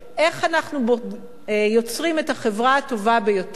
איך אנחנו יוצרים את החברה הטובה ביותר,